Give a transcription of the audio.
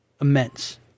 immense